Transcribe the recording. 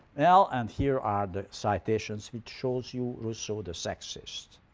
well, and here are the citations which shows you rousseau the sexist.